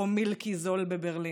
או מילקי זול בברלין.